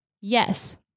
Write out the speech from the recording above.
Yes